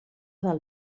del